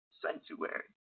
Sanctuary